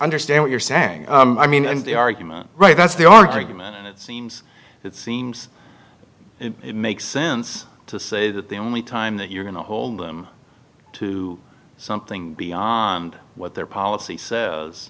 understand what you're saying i mean and the argument right that's the argument and it seems it seems it makes sense to say that the only time that you're going to hold them to something beyond what their polic